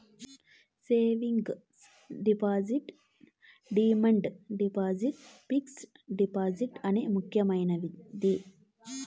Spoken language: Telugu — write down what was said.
savings deposit demand deposit fixed deposit అనే ముక్యమైనది